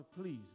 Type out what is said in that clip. please